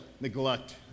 neglect